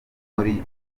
muri